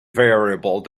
variable